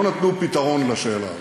לא נתנו פתרון לשאלה הזאת.